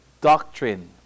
doctrine